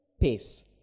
pace